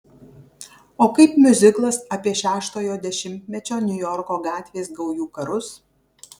o kaip miuziklas apie šeštojo dešimtmečio niujorko gatvės gaujų karus